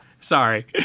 Sorry